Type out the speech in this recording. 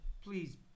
please